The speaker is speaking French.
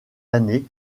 années